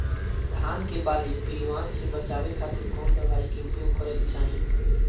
धान के बाली पिल्लूआन से बचावे खातिर कौन दवाई के उपयोग करे के चाही?